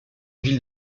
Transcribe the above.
ville